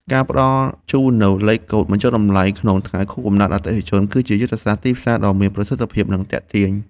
ការផ្ដល់ជូននូវលេខកូដបញ្ចុះតម្លៃក្នុងថ្ងៃខួបកំណើតអតិថិជន គឺជាយុទ្ធសាស្ត្រទីផ្សារដ៏មានប្រសិទ្ធភាព និងទាក់ទាញ។